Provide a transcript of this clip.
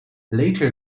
later